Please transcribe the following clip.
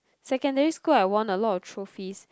secondary school I won a lot of trophies